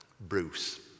Bruce